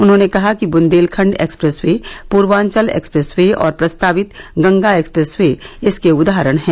उन्होंने कहा कि Bundelkhand expressway Purvanchal expressway और प्रस्तावित गंगा एक्सप्रेस वे इसके उदाहरण हैं